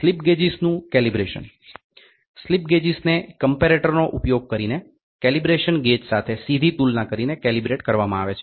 slip ગેજીસનું calibration slip ગેજીસને કમ્પેરેટરનો ઉપયોગ કરીને કેલિબ્રેશન ગેજ સાથે સીધી તુલના કરીને કેલિબ્રેટ કરવામાં આવે છે